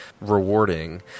rewarding